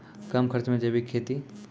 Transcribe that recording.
कम खर्च मे जैविक खेती?